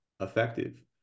effective